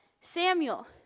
Samuel